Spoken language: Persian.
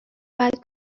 باید